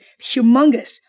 humongous